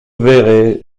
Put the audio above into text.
verrai